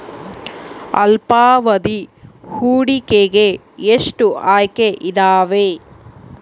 ಅಲ್ಪಾವಧಿ ಹೂಡಿಕೆಗೆ ಎಷ್ಟು ಆಯ್ಕೆ ಇದಾವೇ?